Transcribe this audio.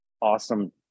awesome